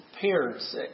parents